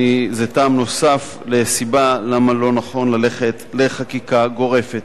זה טעם נוסף וסיבה למה לא נכון ללכת לחקיקה גורפת.